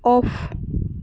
off